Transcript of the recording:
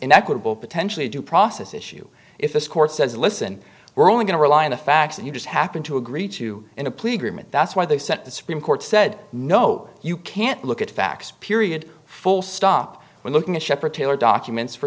inequitable potentially due process issue if this court says listen we're only going to rely on the facts that you just happen to agree to in a plea agreement that's why they sent the supreme court said no you can't look at facts period full stop we're looking at shepherd taylor documents for